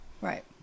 Right